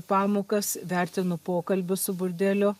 pamokas vertino pokalbius su burdeliu